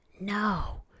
No